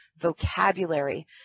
vocabulary